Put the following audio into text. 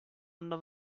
under